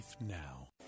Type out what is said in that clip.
now